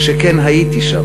שכן הייתי שם,